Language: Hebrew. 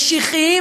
משיחיים,